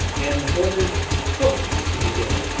and ordered quarter to be given.